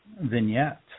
vignette